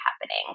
happening